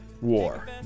war